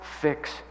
fix